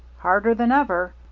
harder than ever.